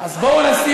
מה זה קשור?